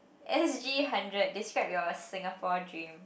s_g hundred describe your Singapore dream